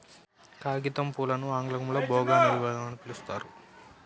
కాగితంపూలని ఆంగ్లంలో బోగాన్విల్లియ అని పిలుస్తారు